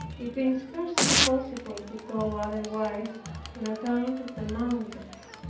it being scarcely possible to go otherwise on account of the mountains.